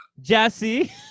Jesse